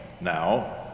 now